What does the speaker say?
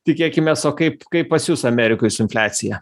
tikėkimės o kaip kaip pas jus amerikoj su infliacija